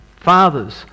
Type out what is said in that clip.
Fathers